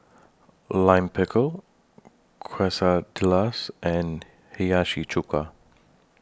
Lime Pickle Quesadillas and Hiyashi Chuka